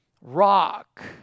rock